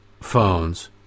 phones